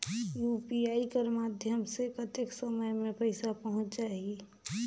UPI कर माध्यम से कतेक समय मे पइसा पहुंच जाहि?